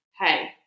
hey